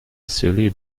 celui